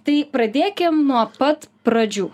tai pradėkim nuo pat pradžių